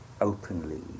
openly